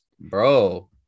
bro